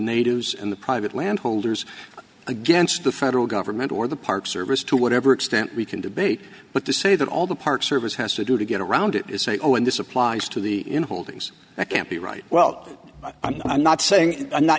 natives and the private land holders against the federal government or the park service to whatever extent we can debate but to say that all the park service has to do to get around it is say oh and this applies to the in holdings it can't be right well i'm not saying it's not